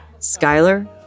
Skyler